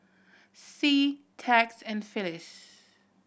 Sie Tex and Phyliss